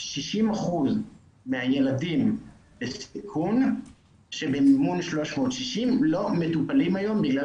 60 אחוזים מהילדים בסיכון שבמימון 360 לא מטופלים היום בגלל